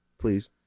Please